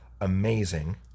amazing